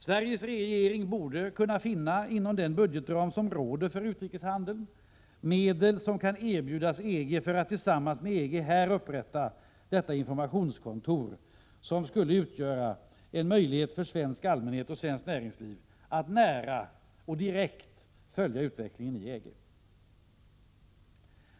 Sveriges regering borde kunna finna, inom budgetramen för utrikeshandeln, medel som kan erbjudas EG för att tillsammans med EG upprätta detta informationskontor, som skulle utgöra en möjlighet för svensk allmänhet och svenskt näringsliv att nära och direkt följa utvecklingen i EG.